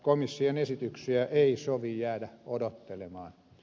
komission esityksiä ei sovi jäädä odottelemaan